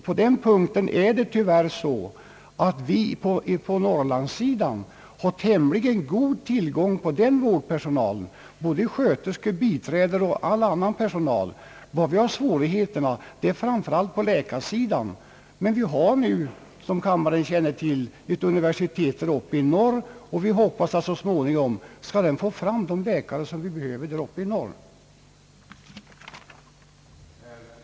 På den punkten är det så att vi i Norrland har tämligen god tillgång på vårdpersonal, både sköterskor och biträden samt all annan personal. Vi har svårigheter framför allt när det gäller läkarna. Vi har dock nu, vilket kammaren känner till, ett universitet uppe i norr, och vi hoppas att det så småningom skall få fram de läkare som behövs i Norrland.